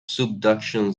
subduction